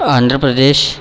Andhra Pradesh